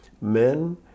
men